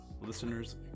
Listeners